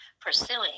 pursuing